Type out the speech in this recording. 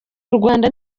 rwanda